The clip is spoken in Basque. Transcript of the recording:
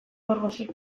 borgesek